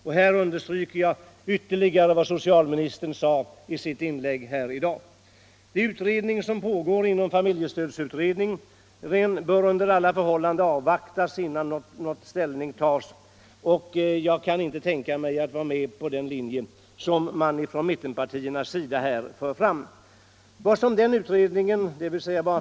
Jag vill ytterligare understryka vad socialministern sade i sitt inlägg här i dag. Jag kan inte tänka mig att biträda det förslag som mittenpartierna för fram. Under alla förhållanden bör vi avvakta det arbete som pågår inom familjestödsutredningen, innan ställning tas.